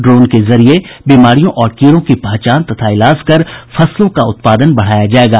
drone के जरिये बीमारियों और कीड़ों की पहचान तथा इलाज कर फसलों का उत्पादन बढ़ाया जायेगा